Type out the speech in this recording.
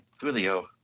julio